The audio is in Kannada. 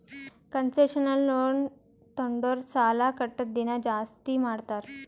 ಕನ್ಸೆಷನಲ್ ಲೋನ್ ತೊಂಡುರ್ ಸಾಲಾ ಕಟ್ಟದ್ ದಿನಾ ಜಾಸ್ತಿ ಮಾಡ್ತಾರ್